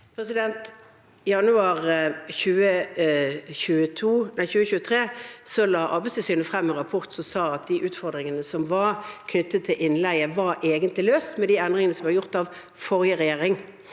I januar 2023 la Ar- beidstilsynet frem en rapport som sa at de utfordringene som var knyttet til innleie, egentlig var løst med de endringene som var gjort av forrige regjering.